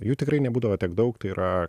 jų tikrai nebūdavo tiek daug tai yra